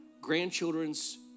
grandchildren's